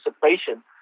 participation